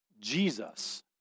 Jesus